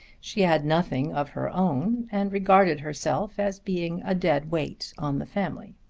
she had nothing of her own, and regarded herself as being a dead weight on the family.